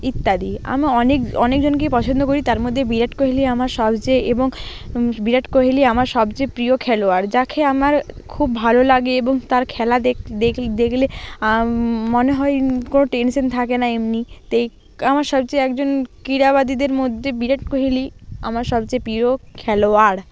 ইত্যাদি আমি অনেক অনেক জনকেই পছন্দ করি তার মধ্যে বিরাট কোহলি আমার সবচেয়ে এবং বিরাট কোহেলি আমার সবচেয়ে প্রিয় খেলোয়াড় যাখে আমার খুব ভালো লাগে এবং তার খেলা দেখলে আম মনে হয় কোনো টেনশন থাকে না এমনিতেই আমার সবচেয়ে একজন ক্রীড়াবাদীদের মধ্যে বিরাট কোহলি আমার সবচেয়ে প্রিয় খেলোয়াড়